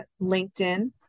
LinkedIn